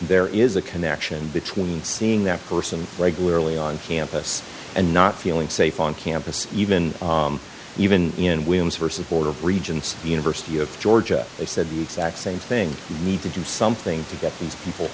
there is a connection between seeing that person regularly on campus and not feeling safe on campus even even in women's versus board of regents the university of georgia they said the exact same thing need to do something to get these people